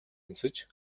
өмсөж